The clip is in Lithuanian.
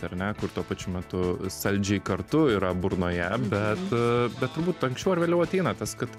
ar ne kur tuo pačiu metu saldžiai kartu yra burnoje bet bet turbūt anksčiau ar vėliau ateina tas kad